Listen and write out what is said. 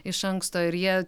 iš anksto ir jie